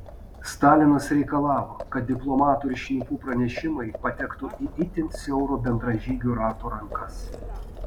stalinas reikalavo kad diplomatų ir šnipų pranešimai patektų į itin siauro bendražygių rato rankas